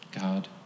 God